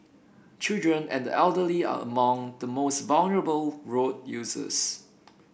children and the elderly are among the most vulnerable road users